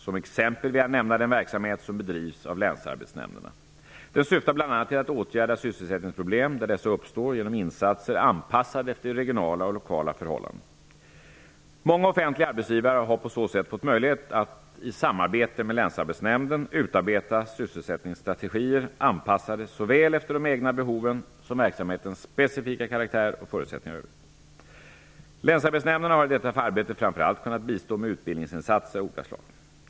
Som exempel vill jag nämna den verksamhet som berivs av länsarbetsnämnderna. Den syftar bl.a. till att åtgärda sysselsättningsproblem där dessa uppstår genom insatser anpassade efter regionala och lokala förhållanden och förutsättningar. Många offentliga arbetsgivare har på så sätt fått möjlighet att -- i samarbete med länsarbetsnämnden -- utarbeta sysselsättningsstrategier anpassade såväl efter de egna behoven som efter verksamhetens specifika karaktär och förutsättningar i övrigt. Länsarbetsnämnderna har i detta arbete framför allt kunnat bistå med utbildningsinsatser av olika slag.